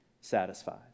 satisfies